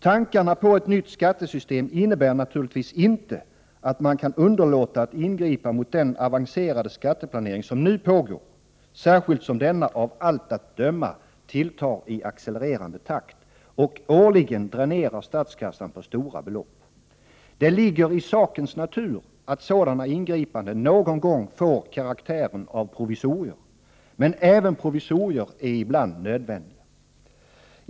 Tankarna på ett nytt skattesystem innebär naturligtvis inte att man kan underlåta att ingripa mot den avancerade skatteplanering som nu pågår, särskilt som denna av allt att döma tilltar i accelererande takt och årligen dränerar statskassan på stora belopp. Det ligger i sakens natur att sådana ingripanden någon gång får karaktären av provisorier, men även provisorier är ibland nödvändiga.